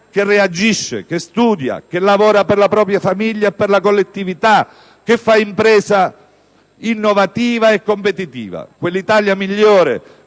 che reagisce, che studia, che lavora per la propria famiglia e per la collettività, che fa impresa innovativa e competitiva. Quell'Italia migliore